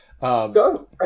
Go